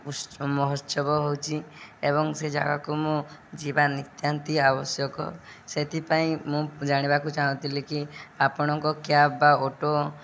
ଉତ୍ସ ମହୋତ୍ସବ ହେଉଛି ଏବଂ ସେ ଜାଗାକୁ ମୁଁ ଯିବା ନିତାନ୍ତ ଆବଶ୍ୟକ ସେଥିପାଇଁ ମୁଁ ଜାଣିବାକୁ ଚାହୁଁଥିଲି କି ଆପଣଙ୍କ କ୍ୟାବ୍ ବା ଅଟୋ